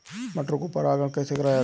मटर को परागण कैसे कराया जाता है?